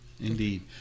Indeed